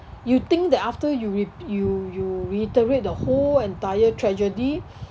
you think that after you re~ you you reiterate the whole entire tragedy